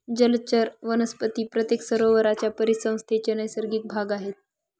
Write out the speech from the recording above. जलचर वनस्पती प्रत्येक सरोवराच्या परिसंस्थेचा नैसर्गिक भाग आहेत